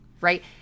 right